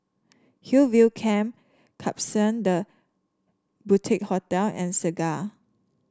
Hillview Camp Klapsons The Boutique Hotel and Segar